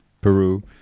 Peru